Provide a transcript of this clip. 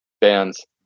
bands